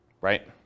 right